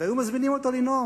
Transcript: היו מזמינים אותו לנאום,